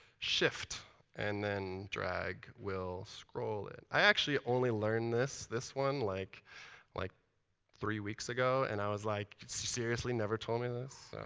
shift and then drag will scroll it. i actually only learned this this one like like three weeks ago. and i was like, seriously? you never told me this?